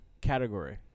category